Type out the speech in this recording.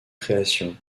créations